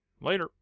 Later